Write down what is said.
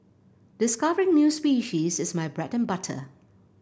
discovering new species is my bread and butter